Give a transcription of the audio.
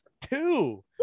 two